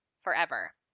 forever